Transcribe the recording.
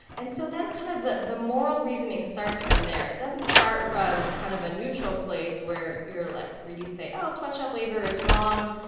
and so then kind of the the moral reasoning starts from there. it doesn't start from kind of a neutral place where you're like you say, oh, sweatshop labor is wrong.